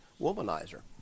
womanizer